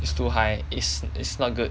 is too high it's it's not good